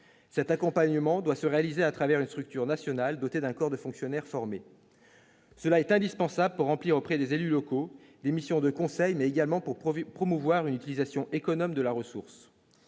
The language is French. cet accompagnement doit se réaliser à travers une structure nationale dotée d'un corps de fonctionnaires formés, cela est indispensable pour remplir auprès des élus locaux, les missions de conseil mais également pour profiter promouvoir une utilisation économe de la ressource,